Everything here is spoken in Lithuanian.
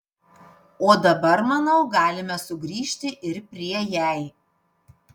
o dabar manau galime sugrįžti ir prie jei